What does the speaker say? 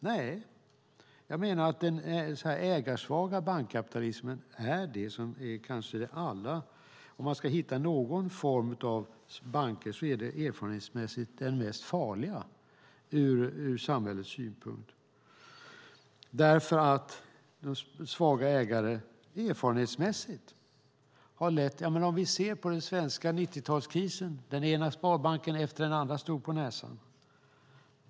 Nej, jag menar att den ägarsvaga bankkapitalismen erfarenhetsmässigt är den farligaste ur samhällets synpunkt. Låt oss se på den svenska 90-talskrisen. Då stod den ena sparbanken efter den andra på näsan.